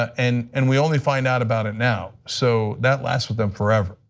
and and we only find out about it now. so that lasts with them forever.